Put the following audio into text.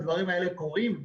הדברים האלה קורים,